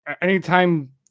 anytime